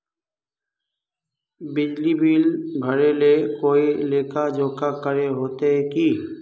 बिजली बिल भरे ले कोई लेखा जोखा करे होते की?